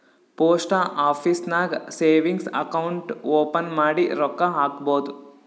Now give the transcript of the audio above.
post office ನಾಗ್ savings account open ಮಾಡಿ ರೊಕ್ಕಾ ಹಾಕ್ಬೋದ್